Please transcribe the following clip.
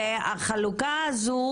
החלוקה הזו,